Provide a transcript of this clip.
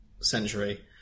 century